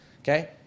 Okay